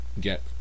get